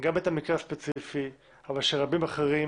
גם את המקרה הספציפי, אבל של רבים אחרים,